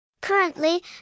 Currently